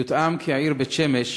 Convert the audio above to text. יוטעם כי העיר בית-שמש,